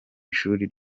ishuri